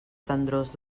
tendrors